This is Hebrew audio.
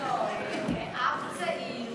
לא, הוא אב צעיר.